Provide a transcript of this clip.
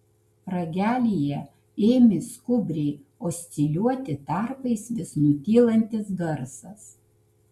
ragelyje ėmė skubriai osciliuoti tarpais vis nutylantis garsas